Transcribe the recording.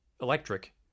electric